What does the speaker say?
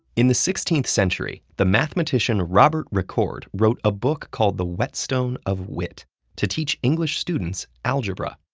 in the sixteenth century, the mathematician robert recorde wrote a book called the whetstone of witte to teach english students algebra.